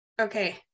Okay